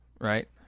right